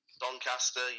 Doncaster